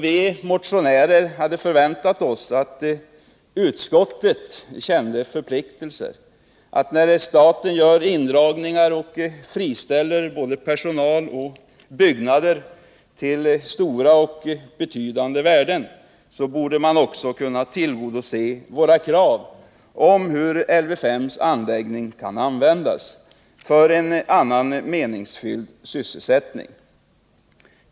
Vi motionärer hade förväntat oss att utskottet kände en förpliktelse att, när staten gör indragningar innebärande att man både friställer personal och frigör byggnader till stora och betydande värden, också tillgodose våra krav på att Lv 5:s anläggning skall användas för annan meningsfylld sysselsättning.